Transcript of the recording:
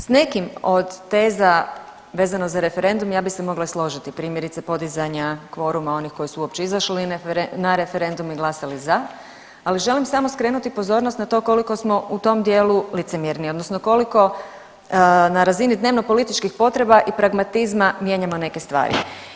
S nekim od teza vezano za referendum ja bi se mogla složiti, primjerice podizanja kvoruma onih koji su uopće izašli na referendum i glasali za, ali želim samo skrenuti pozornost na to koliko smo u tom dijelu licemjerni odnosno koliko na razini dnevnopolitičkih potreba i pragmatizma mijenjamo neke stvari.